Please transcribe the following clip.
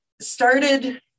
started